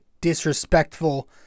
disrespectful